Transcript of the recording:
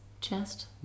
chest